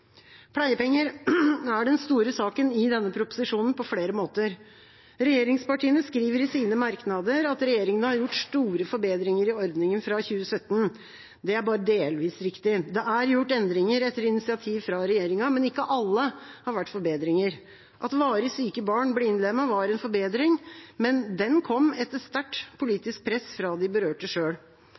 Pleiepenger er den store saken i denne proposisjonen – på flere måter. Regjeringspartiene skriver i sine merknader at regjeringa har gjort store forbedringer i ordningen fra 2017. Det er bare delvis riktig. Det er gjort endringer etter initiativ fra regjeringa, men ikke alle har vært forbedringer. At varig syke barn ble innlemmet, var en forbedring, men den kom etter sterkt politisk press fra de berørte